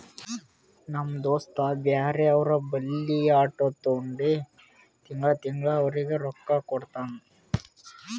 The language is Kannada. ನಮ್ ದೋಸ್ತ ಬ್ಯಾರೆ ಅವ್ರ ಬಲ್ಲಿ ಆಟೋ ತೊಂಡಿ ತಿಂಗಳಾ ತಿಂಗಳಾ ಅವ್ರಿಗ್ ರೊಕ್ಕಾ ಕೊಡ್ತಾನ್